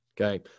okay